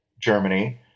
Germany